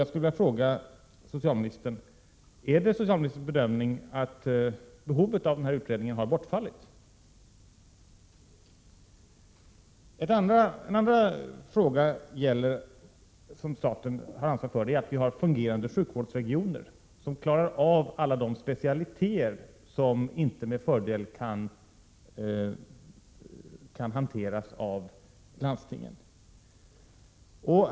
Jag skulle vilja fråga socialministern: Är det socialministerns bedömning att behovet av denna utredning har bortfallit? Staten har också ansvar för att vi har fungerande sjukvårdsregioner, som klarar av alla de specialiteter som inte med fördel kan hanteras av landstingen.